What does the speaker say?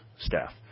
staff